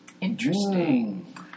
Interesting